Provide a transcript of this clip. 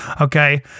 Okay